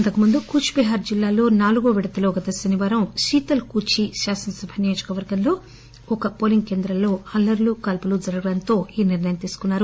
అంతకుముందు కూచ్చిహార్ జిల్లాలో నాలుగో విడతలో గత శనివారం శీతల్ కూర్చి శాసనసభ నియోజకవర్గంలో ఒక పోలింగ్ కేంద్రంలో అల్లర్లు కాల్పులు జరగడంతో ఈ నిర్ణయం తీసుకున్నారు